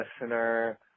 listener